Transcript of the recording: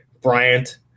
Bryant